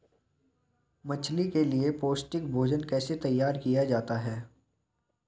मछली के लिए पौष्टिक भोजन कैसे तैयार किया जाता है?